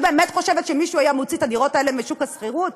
את באמת חושבת שמישהו היה מוציא את הדירות האלה משוק השכירות?